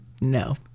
No